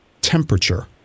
temperature